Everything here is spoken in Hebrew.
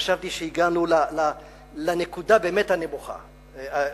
וחשבתי שהגענו לנקודה הנמוכה באמת,